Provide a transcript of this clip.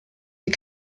die